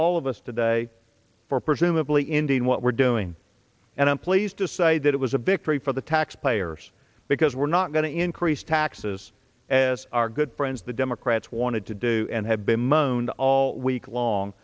all of us today for presumably indeed what we're doing and i'm pleased to say that it was a victory for the taxpayers because we're not going to increase taxes as our good friends the democrats wanted to do and have been moaned all week long